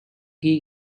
gay